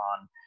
on